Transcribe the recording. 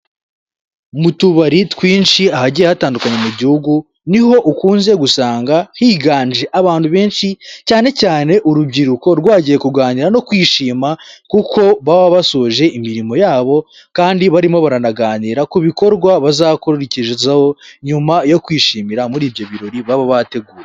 mu tubari twinshi, ahagiye hatandukanye mu gihugu, ni ho ukunze gusanga higanje abantu benshi, cyane cyane urubyiruko rwagiye kuganira no kwishima kuko baba basoje imirimo yabo, kandi barimo baranaganira ku bikorwa bazakurikizaho, nyuma yo kwishimira muri ibyo birori baba bateguye.